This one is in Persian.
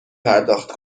پرداخت